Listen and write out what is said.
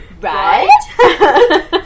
Right